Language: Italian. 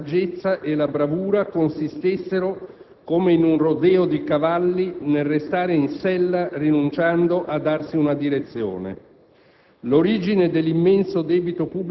per troppo tempo è sembrato che la saggezza e la bravura consistessero, come in un rodeo di cavalli, nel restare in sella rinunciando a darsi una direzione.